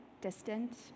distant